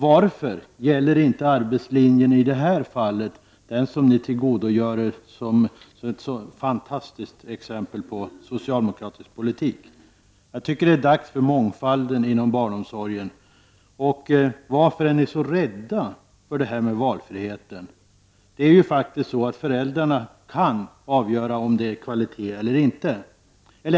Varför gäller inte arbetslinjen i det här fallet, när ni tillgodogör er den som ett fantastiskt exempel på socialdemokratisk politik? Jag tycker att det är dags för mångfald inom barnomsorgen. Varför är ni så rädda för valfrihet? Föräldrarna kan faktiskt avgöra om det är kvalitet eller inte.